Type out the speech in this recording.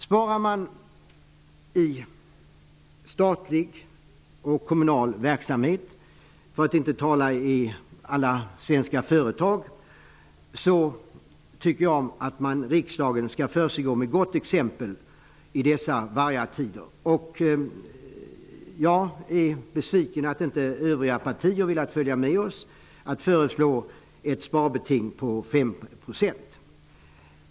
Sparar man i statlig och kommunal verksamhet, för att inte tala om i alla svenska företag, så tycker jag att riksdagen skall föregå med gott exempel i dessa vargatider. Jag är besviken att inte övriga partier har velat följa med oss att föreslå ett sparbeting på 5 %.